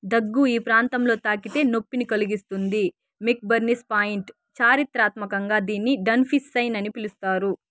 దగ్గు ఈ ప్రాంతంలో తాకితే నొప్పిని కలిగిస్తుంది మెక్బర్నీస్ పాయింట్ చారిత్రాత్మకంగా దీన్ని డన్ఫీస్ సైన్ అని పిలుస్తారు